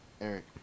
eric